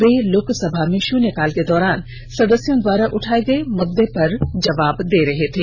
वे लोकसभा में शून्यकाल के दौरान सदस्यों द्वारा उठाये गए मुद्दे पर जवाब दे रहे थे